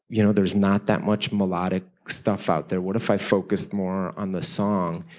you know, there was not that much melodic stuff out there. what if i focused more on the song?